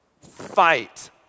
fight